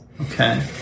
Okay